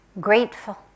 grateful